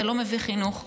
זה לא מביא חינוך חינם.